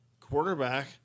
quarterback